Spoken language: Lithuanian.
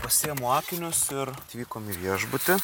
pasiimu akinius ir atvykom į viešbutį